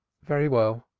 very well,